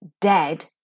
dead